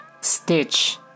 stitch